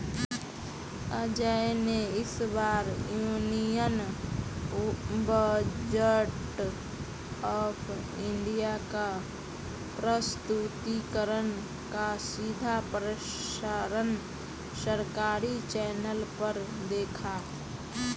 अजय ने इस बार यूनियन बजट ऑफ़ इंडिया का प्रस्तुतिकरण का सीधा प्रसारण सरकारी चैनल पर देखा